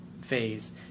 phase